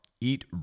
eat